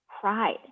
pride